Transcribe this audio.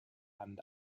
and